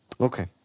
Okay